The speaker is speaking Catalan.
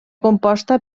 composta